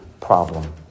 problem